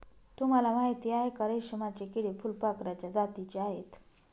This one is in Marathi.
तुम्हाला माहिती आहे का? रेशमाचे किडे फुलपाखराच्या जातीचे आहेत